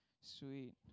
Sweet